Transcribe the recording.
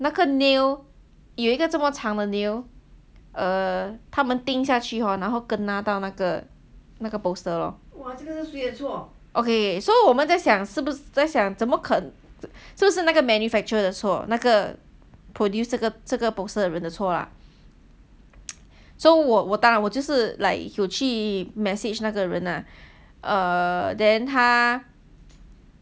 那个 nail 有一个这么长的 nail err 他们钉下去 hor 然后 kena 到那个那个 poster lor okay so 我们在想是不是在想怎么肯是不是那个 manufacturer 的错那个 produce 这个这个 poster 的人的错 lah so 我打我就去 message 那个人 ah err then 他